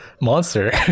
monster